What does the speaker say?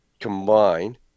combine